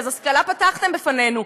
אז השכלה פתחתם לפנינו,